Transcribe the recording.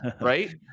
Right